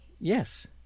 Yes